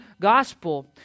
gospel